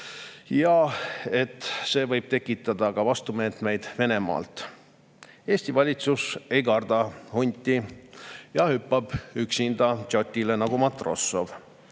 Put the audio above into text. et see võib põhjustada vastumeetmeid Venemaalt. Eesti valitsus ei karda hunti ja hüppab üksinda dzotile nagu Matrossov.